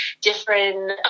different